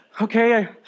okay